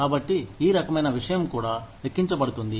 కాబట్టి ఈ రకమైన విషయం కూడా లెక్కించబడుతుంది